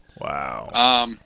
Wow